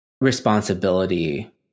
responsibility